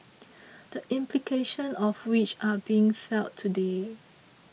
the implications of which are being felt today